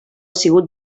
sigut